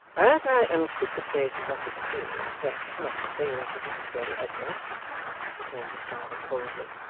as i anticipate what it is, and cannot fail to do so, edward returned his father coldly,